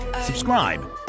subscribe